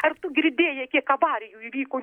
ar tu girdėjai kiek avarijų įvyko